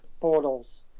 portals